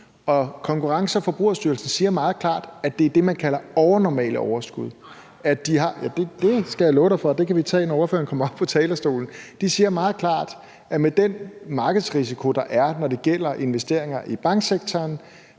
Konkurrence- og Forbrugerstyrelsen siger meget klart, at det er det, man kalder overnormale overskud (Lars-Christian Brask (LA): Nej!) – jo, det skal jeg love dig for, og det kan vi tage, når ordføreren kommer op på talerstolen. De siger meget klart, at med den markedsrisiko, der er, når det gælder investeringer i banksektoren,